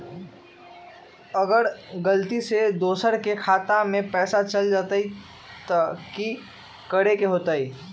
अगर गलती से दोसर के खाता में पैसा चल जताय त की करे के होतय?